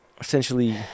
essentially